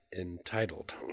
entitled